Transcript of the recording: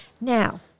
Now